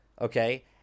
okay